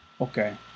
okay